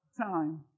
time